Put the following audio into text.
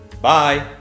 Bye